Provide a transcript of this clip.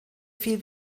viel